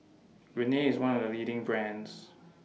Rene IS one of The leading brands